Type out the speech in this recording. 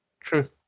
True